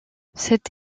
cette